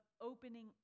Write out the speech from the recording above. opening